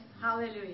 Hallelujah